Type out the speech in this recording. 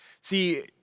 See